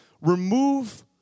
Remove